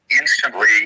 instantly